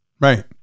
Right